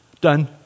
Done